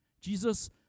Jesus